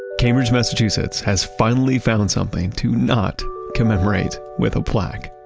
cambridge, massachusetts has finally found something to not commemorate with a plaque